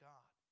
God